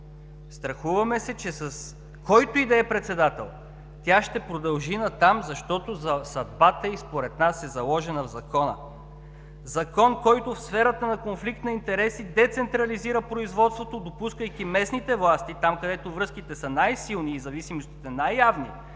Страхуваме се, че с който и да е председател тя ще продължи натам, защото съдбата ѝ според нас е заложена в Закона. Закон, който в сферата на конфликт на интереси децентрализира производството, допускайки местните власти там, където връзките са най-силни и зависимостите най-явни,